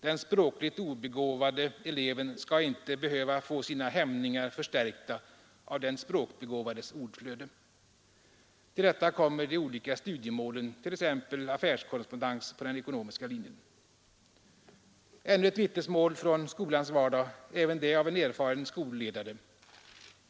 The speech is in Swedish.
Den språkligt obegåvade eleven skall inte behöva få sina hämningar förstärkta av den språkbegåvades ordflöde.” Till detta kommer de olika studiemålen, t.ex. affärskorrespondens på den ekonomiska linjen. Ännu ett vittnesmål från skolans vardag, även det av en erfaren skolledare.